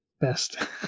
best